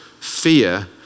fear